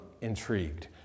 intrigued